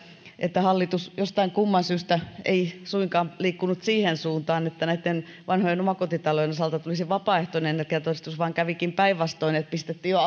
että hallitus jostain kumman syystä ei suinkaan liikkunut siihen suuntaan että vanhojen omakotitalojen osalta tulisi vapaaehtoinen energiatodistus vaan kävikin päinvastoin että pistettiin jo